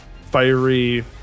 fiery